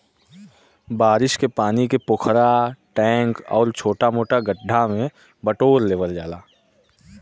बारिश के पानी के पोखरा, टैंक आउर छोटा मोटा गढ्ढा में बटोर लिहल जाला